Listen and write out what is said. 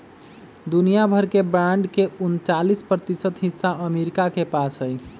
दुनिया भर के बांड के उन्तालीस प्रतिशत हिस्सा अमरीका के पास हई